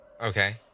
Okay